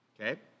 Okay